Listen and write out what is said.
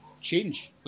change